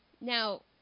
Now